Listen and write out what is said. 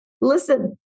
Listen